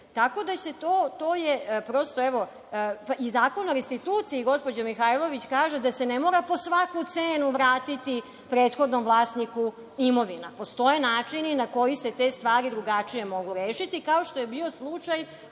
u kojima su oni do sada živeli.I Zakon o restituciji, gospođo Mihajlović, kaže da se ne mora po svaku cenu vratiti prethodnom vlasniku imovina. Postoje načini na koje se te stvari drugačije mogu rešiti, kao što je bio slučaj